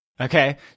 Okay